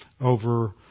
over